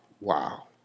Wow